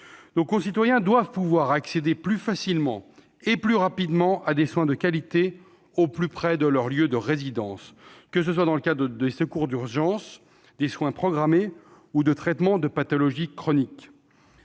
Nos concitoyens doivent pouvoir accéder plus facilement et plus rapidement à des soins de qualité au plus près de leur lieu de résidence, qu'il s'agisse de secours d'urgence, de soins programmés ou du traitement de pathologies chroniques.